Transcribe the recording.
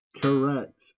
Correct